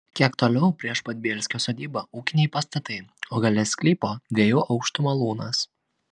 kiek toliau prieš pat bielskio sodybą ūkiniai pastatai o gale sklypo dviejų aukštų malūnas